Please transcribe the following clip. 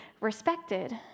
respected